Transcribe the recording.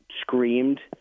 screamed